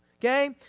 Okay